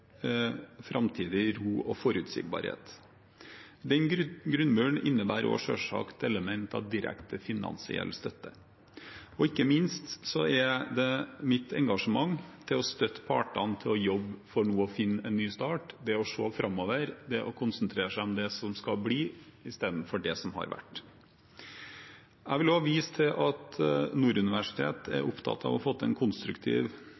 framtidig ro og forutsigbarhet. Den grunnmuren innebærer selvsagt også elementer av direkte finansiell støtte, og ikke minst er det mitt engasjement for å støtte partene til nå å jobbe for å finne en ny start, det å se framover, det å konsentrere seg om det som skal bli, istedenfor det som har vært. Jeg vil også vise til at Nord universitet er